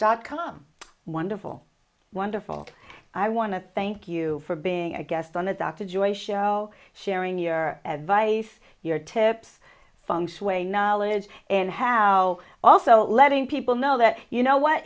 dot com wonderful wonderful i want to thank you for being a guest on the dr joy show sharing your advice your tips funks way knowledge and how also letting people know that you know what